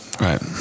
Right